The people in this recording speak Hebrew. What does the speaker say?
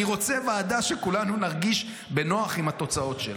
אני רוצה ועדה שכולנו נרגיש בנוח עם התוצאות שלה,